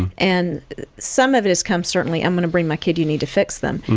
and some of it has come certainly, i'm going to bring my kid you need to fix them.